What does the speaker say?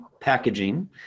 packaging